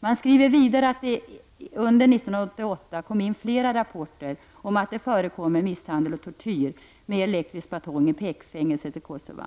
Man skriver vidare att det under 1988 kom in flera rapporter om att det förekommer misshandel och tortyr med elektrisk batong i Pec-fängelset i Kosova.